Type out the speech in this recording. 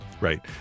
Right